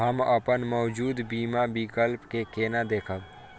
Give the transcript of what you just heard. हम अपन मौजूद बीमा विकल्प के केना देखब?